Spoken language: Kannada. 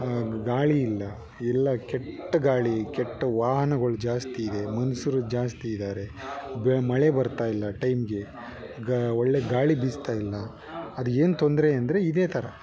ಗಾಳಿ ಇಲ್ಲ ಎಲ್ಲ ಕೆಟ್ಟ ಗಾಳಿ ಕೆಟ್ಟ ವಾಹನಗಳ್ ಜಾಸ್ತಿಯಿದೆ ಮನುಷ್ರು ಜಾಸ್ತಿ ಇದಾರೆ ಬೆ ಮಳೆ ಬರ್ತಾಯಿಲ್ಲ ಟೈಮ್ಗೆ ಗಾ ಒಳ್ಳೆ ಗಾಳಿ ಬೀಸ್ತಾಯಿಲ್ಲ ಅದು ಏನು ತೊಂದರೆ ಅಂದರೆ ಇದೇ ಥರ